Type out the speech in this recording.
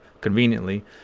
conveniently